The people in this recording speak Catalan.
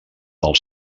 del